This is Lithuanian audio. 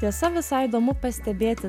tiesa visai įdomu pastebėti